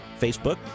Facebook